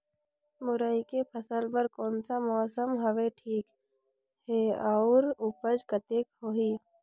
मुरई के फसल बर कोन सा मौसम हवे ठीक हे अउर ऊपज कतेक होही?